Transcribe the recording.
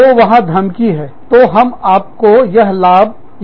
तो वहां धमकी है तो हम आपको यह लाभ या वह लाभ नहीं देंगे